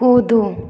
कुदू